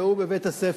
והוא בית-הספר.